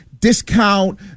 discount